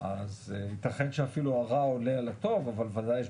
אז ייתכן שאפילו הרע עולה על הטוב אבל בוודאי שיש